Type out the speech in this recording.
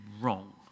wrong